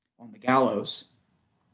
on the gallows.